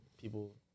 people